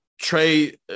Trey